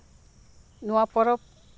ᱱᱚᱶᱟ ᱯᱚᱨᱚᱵᱽ